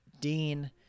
dean